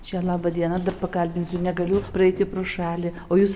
čia laba diena dar pakalbinsiu negaliu praeiti pro šalį o jūs